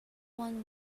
one